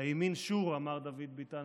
לימין שור, אמר דוד ביטן.